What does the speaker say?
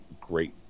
great